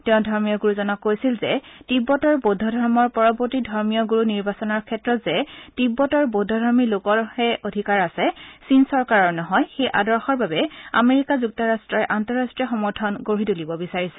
তেওঁ ধৰ্মীয় গুৰুজনক কৈছিল যে তিববতৰ বৌদ্ধ ধৰ্মৰ পৰৱৰ্তী ধৰ্মীয় গুৰু নিৰ্বাচনৰ ক্ষেত্ৰত যে তিববতৰ বৌদ্ধ ধৰ্মী লোকসকলৰহে অধিকাৰ আছে চীন চৰকাৰৰ নহয় সেই আদৰ্শৰ বাবে আমেৰিকা যুক্তৰাট্টই আন্তঃৰাট্টীয় সমৰ্থন গঢ়ি তুলিব বিচাৰিছে